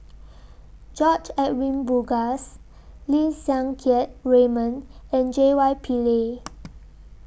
George Edwin Bogaars Lim Siang Keat Raymond and J Y Pillay